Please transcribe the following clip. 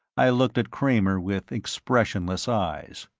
i looked at kramer with expressionless eyes.